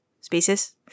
spaces